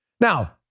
Now